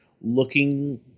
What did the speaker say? looking